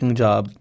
job